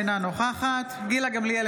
אינה נוכחת גילה גמליאל,